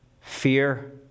fear